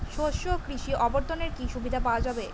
শস্য কৃষি অবর্তনে কি সুবিধা পাওয়া যাবে?